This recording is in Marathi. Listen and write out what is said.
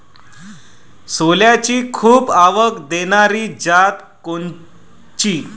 सोल्याची खूप आवक देनारी जात कोनची?